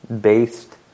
based